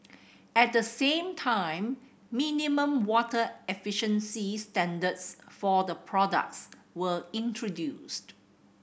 at the same time minimum water efficiency standards for the products were introduced